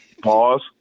Pause